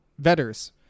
vetters